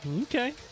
Okay